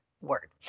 word